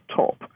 top